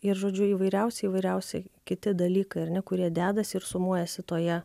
ir žodžiu įvairiausi įvairiausi kiti dalykai ar ne kurie dedasi ir sumuojasi toje